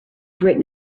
written